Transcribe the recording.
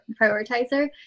prioritizer